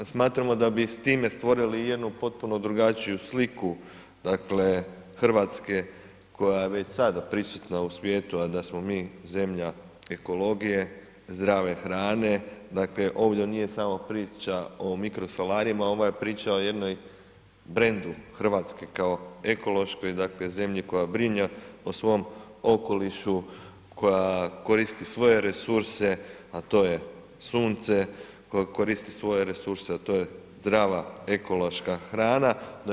Ovaj, smatramo da bi s time stvorili i jednu potpuno drugačiju sliku dakle Hrvatske koja je već sada prisutna u svijetu, a da smo mi zemlja ekologije, zdrave hrane, dakle ovdje nije samo priča o mikrosolarima ovo je priča o jednom brendu Hrvatske kao ekološkoj dakle zemlji koja brine o svom okolišu, koja koristi svoje resurse, a to je sunce, koja koristi svoje resurse, a to je zdrava ekološka hrana.